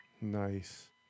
Nice